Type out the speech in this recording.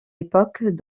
époque